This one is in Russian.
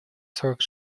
сорок